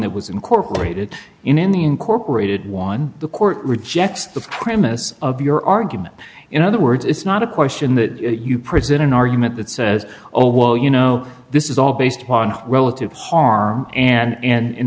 that was incorporated in the incorporated one the court rejects the premise of your argument in other words it's not a question that you present an argument that says oh well you know this is all based on relative harm and